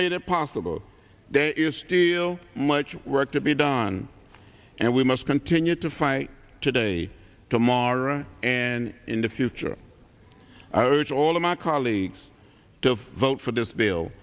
made it possible there is still much work to be done and we must continue to fight today tomorrow and in the future i watch all of my colleagues to vote for this bill